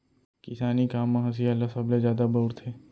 किसानी काम म हँसिया ल सबले जादा बउरथे